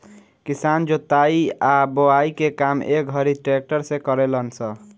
किसान जोताई आ बोआई के काम ए घड़ी ट्रक्टर से करेलन स